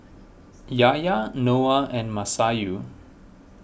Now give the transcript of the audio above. Yahya Noah and Masayu